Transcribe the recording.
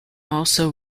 also